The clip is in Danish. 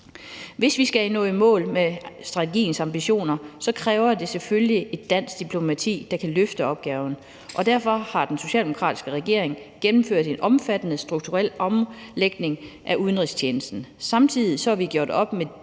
Hvis vi skal nå i mål med strategiens ambitioner, kræver det selvfølgelig et dansk diplomati, der kan løfte opgaven. Derfor har den socialdemokratiske regering gennemført en omfattende strukturel omlægning af udenrigstjenesten. Samtidig har vi gjort op med